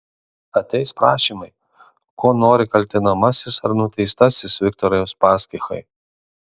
ateis prašymai ko nori kaltinamasis ar nuteistasis viktorai uspaskichai